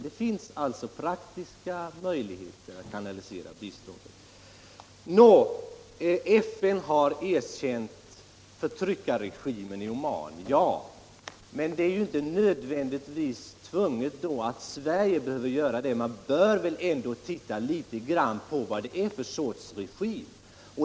Det finns alltså praktiska möjligheter för Sverige att kanalisera biståndet dit. FN har visserligen erkänt förtryckarregimen i Oman, men därför tvingas ju inte Sverige att göra det, utan man bör väl först ta reda på vad det är för sorts regim.